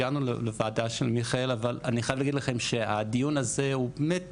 הגענו לוועדה של מיכאל ואני חייב להגיד לכם שהדיון הזה הוא באמת